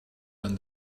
when